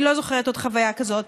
אני לא זוכרת עוד חוויה כזאת.